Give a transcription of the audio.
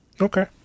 Okay